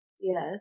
Yes